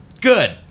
good